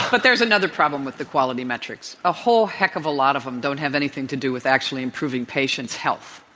but there's another problem with the quality metrics. a whole heck of a lot of them don't have anything to do with actually improving patients' health.